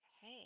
hey